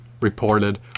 reported